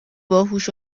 باهوش